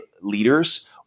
leaders